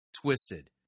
twisted